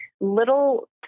little